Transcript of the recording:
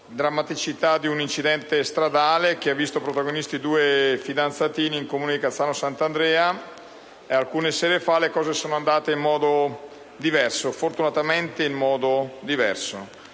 la drammaticità di un incidente stradale che ha visto protagonisti due findanzatini nel comune di Cazzano Sant'Andrea, alcune sere fa le cose sono andate in modo diverso, fortunatamente in modo diverso.